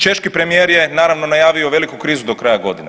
Češki premijer je naravno najavio veliku krizu do kraja godine.